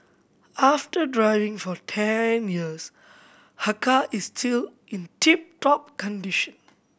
after driving for ten years her car is still in tip top condition